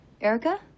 Erica